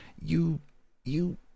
You—you